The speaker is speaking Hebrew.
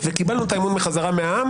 וקיבלנו את האמון בחזרה מהעם,